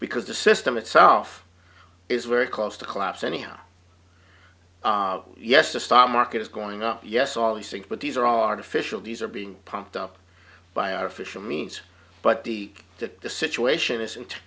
because the system itself is very close to collapse anyhow yes the stock market is going up yes all these things but these are all artificial these are being propped up by artificial means but the the the situation is